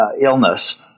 illness